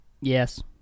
Yes